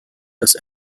das